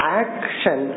action